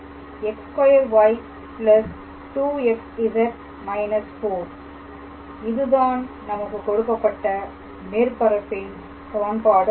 fxyz x2y 2xz − 4 இதுதான் நமக்கு கொடுக்கப்பட்ட மேற்பரப்பின் சமன்பாடு ஆகும்